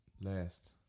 last